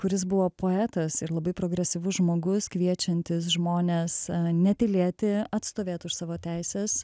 kuris buvo poetas ir labai progresyvus žmogus kviečiantis žmones netylėti atstovėt už savo teises